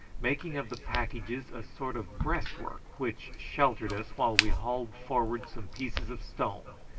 making of the packages a sort of breastwork, which sheltered us while we hauled forward some pieces of stone,